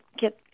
get